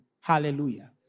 Hallelujah